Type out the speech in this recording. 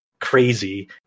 crazy